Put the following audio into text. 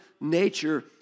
nature